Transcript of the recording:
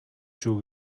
шүү